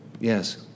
Yes